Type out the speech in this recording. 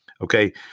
Okay